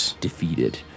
defeated